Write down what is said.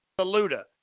Saluda